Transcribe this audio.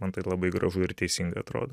man tai labai gražu ir teisinga atrodo